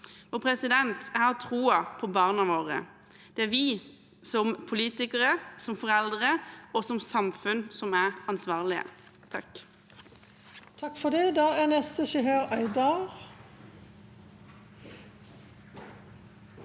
klare. Jeg har troen på barna våre. Det er vi som politikere, som foreldre og som samfunn som er ansvarlige. Seher